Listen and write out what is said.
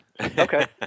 Okay